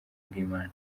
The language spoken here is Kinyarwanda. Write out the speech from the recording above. bw’imana